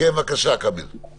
בקשתנו